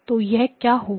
तो यह क्या होग